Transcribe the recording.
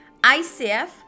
ICF